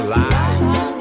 lives